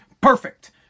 perfect